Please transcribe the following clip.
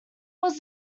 was